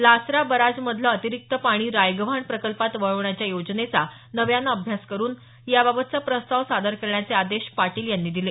Lasra barrage मधलं अतिरिक्त पाणी रायगव्हाण प्रकल्पात वळवण्याच्या योजनेचा नव्यानं अभ्यास करून याबाबतचा प्रस्ताव सादर करण्याचे आदेश पाटील यांनी दिले